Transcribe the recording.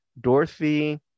Dorothy